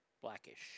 blackish